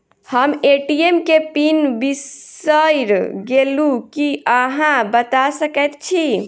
हम ए.टी.एम केँ पिन बिसईर गेलू की अहाँ बता सकैत छी?